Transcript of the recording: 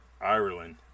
Ireland